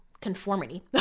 conformity